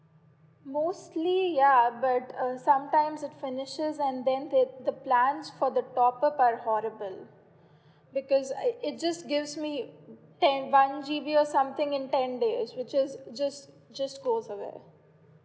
mostly ya but err sometimes it finishes and then that the plans for the top up are horrible because I it just gives me ten one G_B or something in ten days which is just just goes away